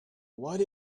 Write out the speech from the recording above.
what